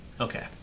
Okay